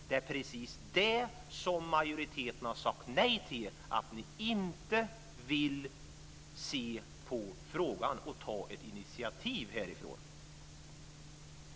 Det är precis det som majoriteten har sagt nej till. Ni vill inte härifrån ta ett initiativ och se över denna fråga.